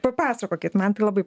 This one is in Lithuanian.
papasakokit man tai labai